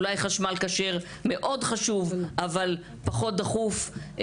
אולי חשמל כשר מאוד חשוב אבל פחות דחוף.